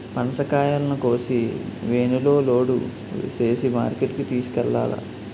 పనసకాయలను కోసి వేనులో లోడు సేసి మార్కెట్ కి తోలుకెల్లాల